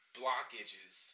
blockages